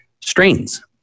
strains